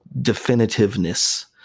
definitiveness